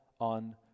on